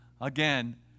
again